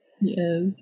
yes